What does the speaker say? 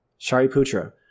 Shariputra